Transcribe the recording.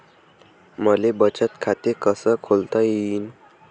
मले बचत खाते कसं खोलता येईन?